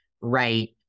Right